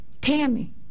Tammy